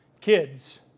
kids